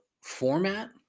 format